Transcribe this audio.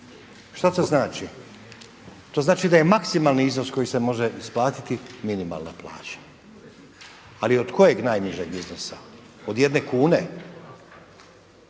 Šta to znači? To znači da je maksimalni iznos koji se može isplatiti minimalna plaća. Ali od kojeg najnižeg iznosa od jedne kune?